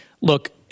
look